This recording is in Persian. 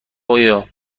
آیا